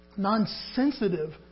nonsensitive